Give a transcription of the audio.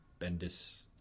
Bendis